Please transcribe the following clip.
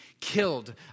killed